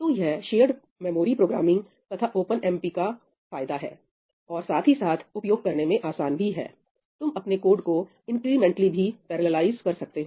तो यह shared memory programming तथा OpenMp का फायदा है और साथ ही साथ उपयोग करने में आसान भी है तुम अपने कोड को इंक्रीमेंटली भी पैरेललाइज कर सकते हो